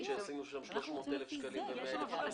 שקבענו שם 300,000 שקלים ו-100,000 שקלים?